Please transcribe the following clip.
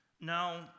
Now